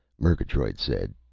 murgatroyd said,